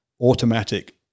automatic